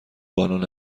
بانون